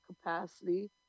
capacity